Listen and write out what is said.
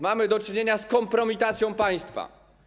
Mamy do czynienia z kompromitacją państwa.